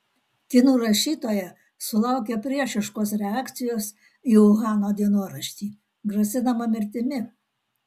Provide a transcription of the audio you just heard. kinų rašytoja sulaukė priešiškos reakcijos į uhano dienoraštį grasinama mirtimi